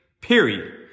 Period